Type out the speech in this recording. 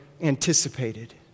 anticipated